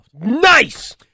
Nice